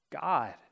God